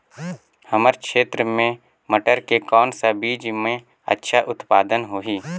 हमर क्षेत्र मे मटर के कौन सा बीजा मे अच्छा उत्पादन होही?